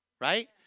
right